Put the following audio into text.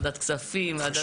ועדת כספים וכדומה.